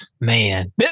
man